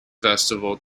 festival